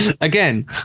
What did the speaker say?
Again